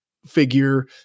Figure